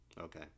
Okay